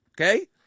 okay